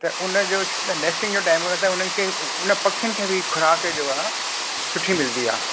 त उनजो त नेस्टिंग जो टाइम त असां उन्हनि खे उन पखियुनि खे बि खुराक जो आहे सुठी मिलंदी आहे